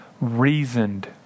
reasoned